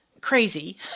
crazy